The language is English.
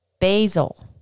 basil